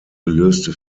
gelöste